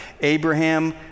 Abraham